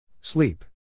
Sleep